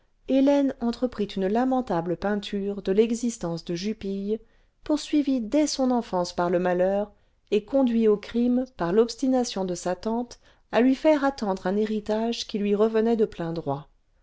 hélène entreprit une lamenle vingtième siècle table peinture de l'existence de jupille poursuivi dès son enfance par le malheur et conduit au crime par l'obstination de sa tante à lui faire attendre un héritage qui lui revenait cle plein droit